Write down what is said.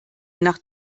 nach